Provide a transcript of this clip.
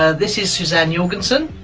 ah this is suzanne jorgensen.